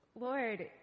Lord